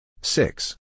Six